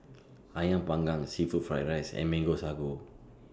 Ayam Panggang Seafood Fried Rice and Mango Sago